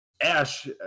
Ash